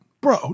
Bro